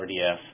RDF